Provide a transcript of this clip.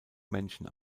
menschen